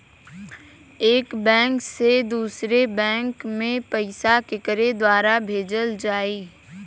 एक बैंक से दूसरे बैंक मे पैसा केकरे द्वारा भेजल जाई?